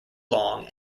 long